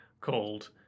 called